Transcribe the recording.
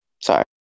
Sorry